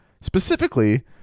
Specifically